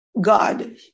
God